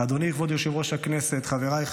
אדוני, כבוד יושב-ראש הכנסת,